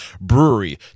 Brewery